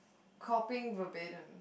copying will beat him